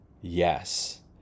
yes